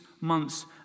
months